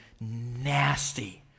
nasty